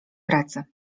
pracy